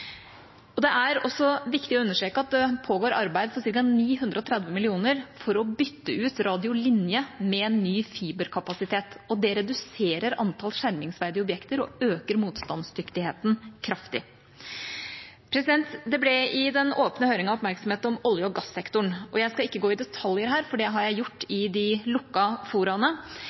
prosjekteringen. Det er også viktig å understreke at det pågår arbeid for ca. 930 mill. kr for å bytte ut radiolinjer med ny fiberkapasitet, og det reduserer antall skjermingsverdige objekter og øker motstandsdyktigheten kraftig. Det ble i den åpne høringen oppmerksomhet om olje- og gassektoren. Jeg skal ikke gå i detaljer her, for det har jeg gjort i de lukkede foraene,